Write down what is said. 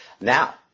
now